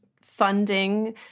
funding